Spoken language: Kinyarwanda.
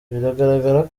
biragaragara